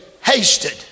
hasted